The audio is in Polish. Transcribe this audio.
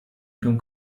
cię